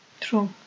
True